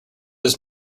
his